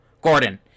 gordon